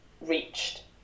reached